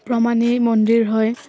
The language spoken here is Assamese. প্ৰমাণিকৰ মন্দিৰ হয়